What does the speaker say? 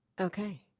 Okay